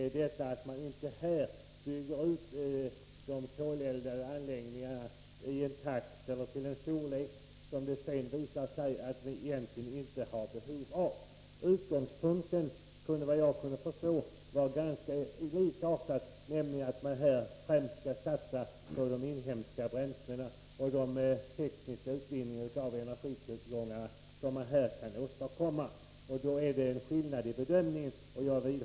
Vi är angelägna om att man inte skall bygga ut de koleldade anläggningarna i en sådan takt och till en sådan storleksordning som det sedan visar sig att vi inte behöver. Men våra utgångspunkter är ganska likartade, nämligen att vi främst skall satsa på de inhemska bränslena och den teknikutvinning av energitillgångar na som vi kan åstadkomma. Det finns dock en skillnad i bedömningen av hur mycket energi vi behöver.